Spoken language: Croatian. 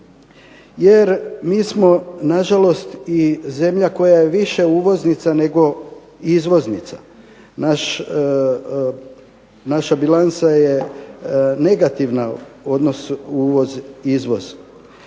jer mi smo nažalost i zemlja koja je više uvoznica nego izvoznica. Naša bilansa je negativna odnos uvoz izvoz